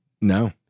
No